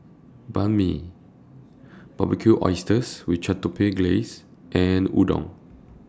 Banh MI Barbecued Oysters with Chipotle Glaze and Udon